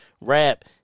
rap